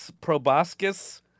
Proboscis